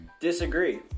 disagree